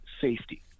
safety